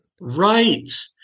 Right